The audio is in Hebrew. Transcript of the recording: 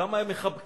כמה הם מחבקים,